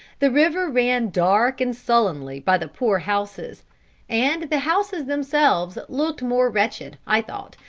the river ran dark and sullenly by the poor houses and the houses themselves looked more wretched, i thought,